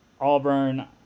Auburn